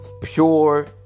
pure